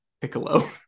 Piccolo